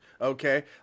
Okay